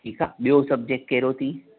ठीकु आहे ॿियों सब्जैक्ट कहिड़ो अथई